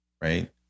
Right